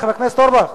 חבר הכנסת אורבך.